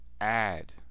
add